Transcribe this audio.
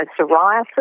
psoriasis